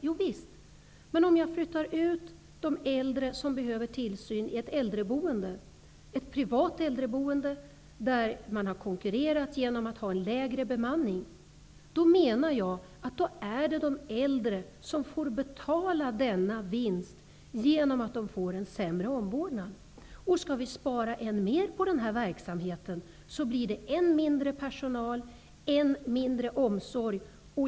Jo visst, men om man flyttar ut de äldre som behöver tillsyn i ett privat äldreboende där man konkurrerat genom att ha en sämre bemanning, är det de äldre som får betala vinsten genom att de får en sämre omvårdnad. Om vi skall spara ännu mer på verksamheten blir det ännu mindre personal och ännu mindre omsorg.